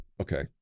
okay